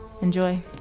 Enjoy